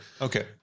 Okay